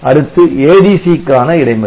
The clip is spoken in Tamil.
அடுத்து ADC க்கான இடைமறி